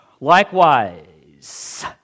Likewise